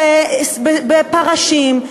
בפרשים,